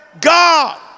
God